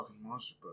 monster